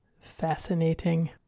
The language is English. fascinating